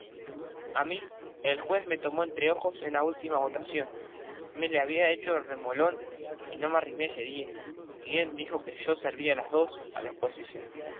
a mí el juez me tomó entre ojos en la ultima votación me le había hecho el remolón y no me arrimé ese día y él dijo que yo servía a los de la esposición